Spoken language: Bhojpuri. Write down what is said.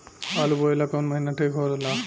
आलू बोए ला कवन महीना ठीक हो ला?